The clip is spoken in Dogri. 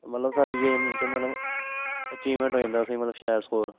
मतलब स्हाड़ी गेम च मतलब अचीवमेंट होई जंदा असेंगी मतलब शैल स्कोर